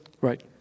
Right